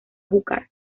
júcar